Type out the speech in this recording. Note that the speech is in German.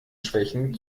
schwächen